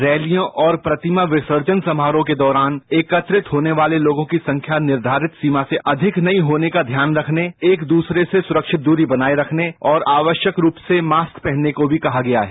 रैलियों और प्रतिमा विसर्जन समारोह के दौरान एकत्रित होने वाले लोगों की संख्या निर्धारित सीमा से अधिक न होने का ध्यान रखने एक दूसरे से सुरक्षित दूरी बनाए रखने और आवश्यक रूप से मास्क पहनने को भी कहा गया है